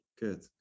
Good